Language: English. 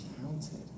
counted